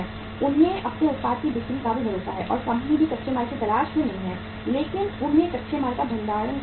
उन्हें अपने उत्पाद की बिक्री का भी भरोसा है और कंपनी भी कच्चे माल की तलाश में नहीं है लेकिन उन्हें कच्चे माल का भंडारण करना होगा